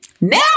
Now